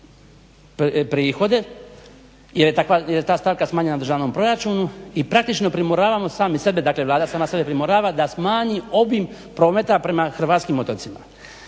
prihode jer je ta stavka smanjena u državnom proračunu i praktično primoravamo sami sebe, dakle Vlada sama sebe primorava da smanji obim prometa prema Hrvatskim otocima.